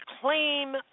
claim